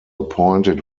appointed